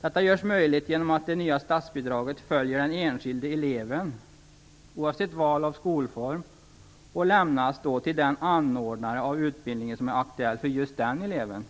Detta görs möjligt genom att det nya statsbidraget följer den enskilde eleven oavsett val av skolform och lämnas till den anordnare av utbildning som är aktuell för just den eleven.